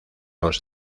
los